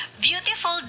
beautiful